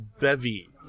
bevy